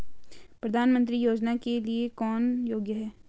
प्रधानमंत्री योजना के लिए कौन योग्य है?